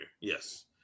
yes